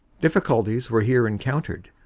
difficulties were here encountered,